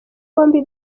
bombi